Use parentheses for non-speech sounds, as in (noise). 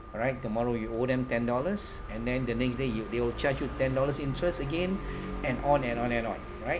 all right tomorrow you owe them ten dollars and then the next day you they'll charge you ten dollars interest again (breath) and on and on and on all right